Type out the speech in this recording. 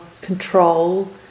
control